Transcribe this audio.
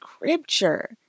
scripture